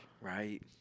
right